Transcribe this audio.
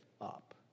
up